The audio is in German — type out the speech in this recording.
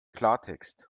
klartext